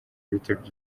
witabye